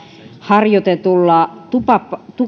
harjoitetulla